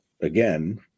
again